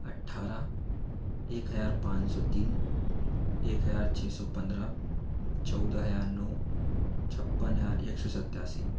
अट्ठारह एक हजार पाँच सौ तीन एक हजार छः सौ पंद्रह चौदह हजार नौ छप्पन हजार एक सौ सत्तासी